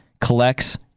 collects